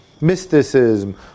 mysticism